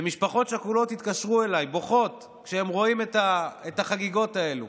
משפחות שכולות התקשרו אליי בוכות כשהן ראו את החגיגות האלה.